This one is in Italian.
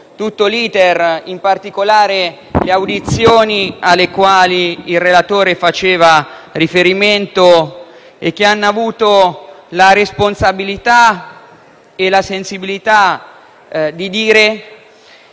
tutto l'*iter,* e in particolare le audizioni alle quali il relatore ha fatto riferimento, e hanno avuto la responsabilità e la sensibilità di